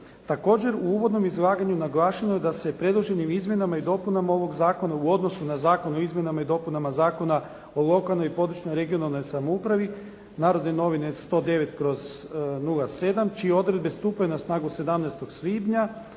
Također u uvodnom izlaganju naglašeno je da se predloženim izmjenama i dopunama ovog zakona u odnosu na zakon o izmjenama i dopunama Zakona o lokalnoj, područnoj i regionalnoj samoupravi, "Narodne novine" 109/07. čije odredbe stupaju na snagu 17. svibnja